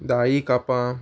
दाळी कापां